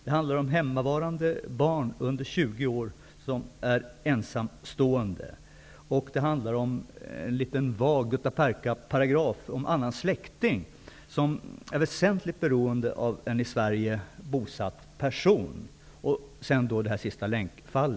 Det handlar om hemmavarande, ensamstående barn under 20 år. Det finns också en vag guttaperkaparagraf om annan släkting som är väsentligt beroende av en i Sverige bosatt person. Det finns också ett sista länkfall.